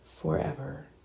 forever